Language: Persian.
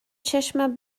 چشم